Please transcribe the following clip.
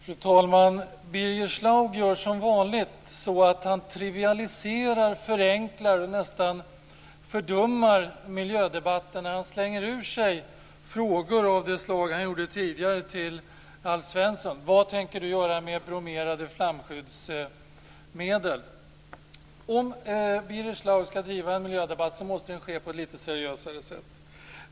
Fru talman! Birger Schlaug gör som vanligt så att han trivialiserar och förenklar, nästan fördummar, miljödebatten när han slänger ur sig frågor av det slag han gjorde tidigare till Alf Svensson: Vad tänker du göra med bromerade flamskyddsmedel? Om Birger Schlaug ska driva en miljödebatt måste den ske på ett lite seriösare sätt.